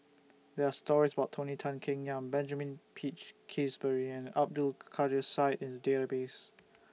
There Are stories about Tony Tan Keng Yam Benjamin Peach Keasberry and Abdul Kadir Syed in The Database